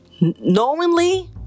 Knowingly